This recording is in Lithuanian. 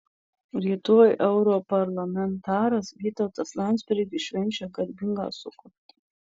rytoj europarlamentaras vytautas landsbergis švenčia garbingą sukaktį